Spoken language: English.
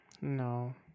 No